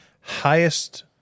highest